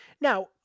Now